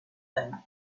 thing